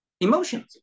Emotions